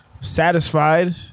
Satisfied